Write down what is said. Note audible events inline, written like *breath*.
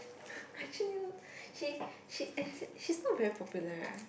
*breath* actually she she as in she's not very popular right